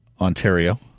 Ontario